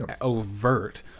overt